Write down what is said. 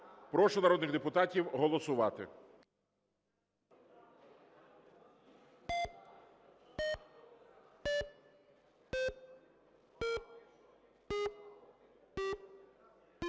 Прошу народних депутатів голосувати.